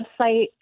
website